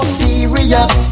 serious